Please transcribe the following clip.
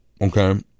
Okay